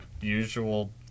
usual